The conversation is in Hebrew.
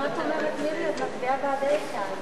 להעביר את הצעת חוק